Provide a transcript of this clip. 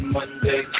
Monday